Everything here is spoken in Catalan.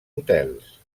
hotels